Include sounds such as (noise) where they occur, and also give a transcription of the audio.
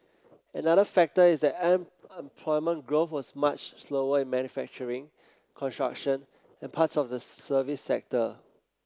another factor is that (unintelligible) employment growth was much slower in manufacturing construction and parts of the service sector